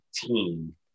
team